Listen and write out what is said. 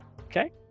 Okay